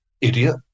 idiot